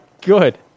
good